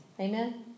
Amen